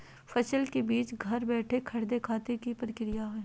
फसल के बीज घर बैठे खरीदे खातिर की प्रक्रिया हय?